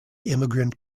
immigrant